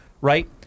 right